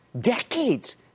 decades